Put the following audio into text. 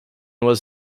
was